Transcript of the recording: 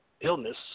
illness